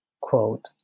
quote